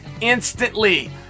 instantly